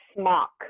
smock